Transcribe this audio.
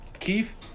Keith